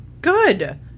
Good